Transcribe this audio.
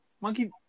Monkey